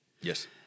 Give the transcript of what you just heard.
Yes